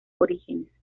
orígenes